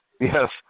yes